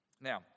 Now